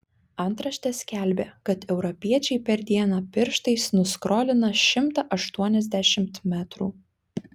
antraštė skelbė kad europiečiai per dieną pirštais nuskrolina šimtą aštuoniasdešimt metrų